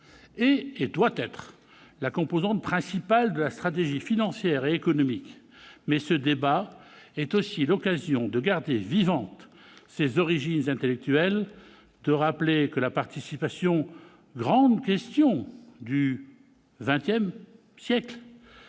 et doit être la composante principale de la stratégie financière et économique, mais ce débat est aussi l'occasion de garder vivantes ses origines intellectuelles, de rappeler que la participation, « grande question du- XX -siècle